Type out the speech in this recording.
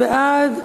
מי בעד?